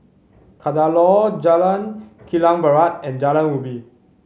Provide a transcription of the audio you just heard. Kadaloor Jalan Kilang Barat and Jalan Ubi